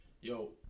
yo